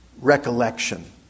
recollection